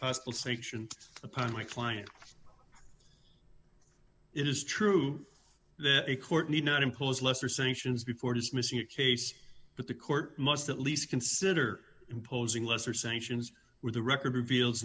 possible sanction upon my client it is true that a court need not impose lesser sanctions before dismissing a case but the court must at least consider imposing lesser sanctions where the record reveals